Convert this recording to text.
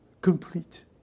complete